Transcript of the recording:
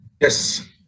yes